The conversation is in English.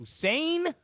Hussein